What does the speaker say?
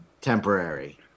temporary